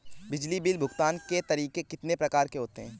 बिजली बिल भुगतान के तरीके कितनी प्रकार के होते हैं?